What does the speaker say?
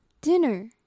dinner